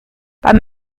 beim